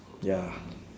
ya